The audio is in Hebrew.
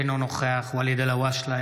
אינו נוכח ואליד אלהואשלה,